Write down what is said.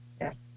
Yes